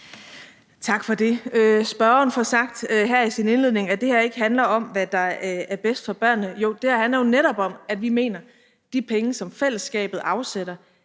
Tak for det. Spørgeren får sagt her i sin indledning, at det her ikke handler om, hvad der er bedst for børnene. Jo, det her handler jo netop om de penge, som fællesskabet afsætter